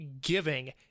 giving